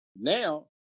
now